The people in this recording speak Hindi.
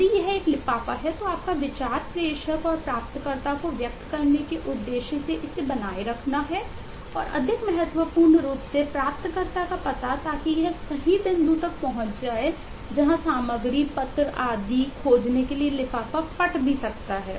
यदि यह एक लिफाफा है तो आपका विचार प्रेषक और प्राप्तकर्ता को व्यक्त करने के उद्देश्य से इसे बनाए रखना है और अधिक महत्वपूर्ण रूप से प्राप्तकर्ता का पता ताकि यह सही बिंदु तक पहुंच जाए जहां सामग्री पत्र आदि खोजने के लिए लिफाफा फट सकता है